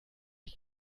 ich